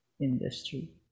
industry